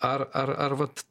ar ar ar vat